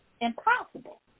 impossible